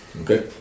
Okay